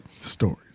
Stories